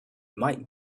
might